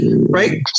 right